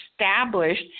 established